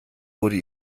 wurde